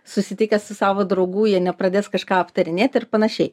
susitikęs su savo draugų jie nepradės kažką aptarinėt ir panašiai